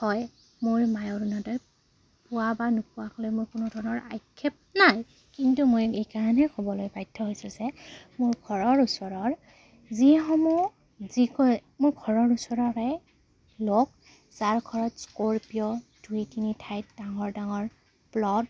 হয় মোৰ মায়ে অৰুণোদয় পোৱা বা নোপোৱাক লৈ মোৰ কোনো ধৰণৰ আক্ষেপ নাই কিন্তু মই এইকাৰণে ক'বলৈ বাধ্য হৈছো যে মোৰ ঘৰৰ ওচৰৰ যিসমূহ যিকৈ মোৰ ঘৰৰ ওচৰৰে লোক যাৰ ঘৰত স্কৰ্পিঅ' দুই তিনি ঠাইত ডাঙৰ ডাঙৰ প্লট